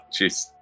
jeez